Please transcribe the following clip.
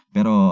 Pero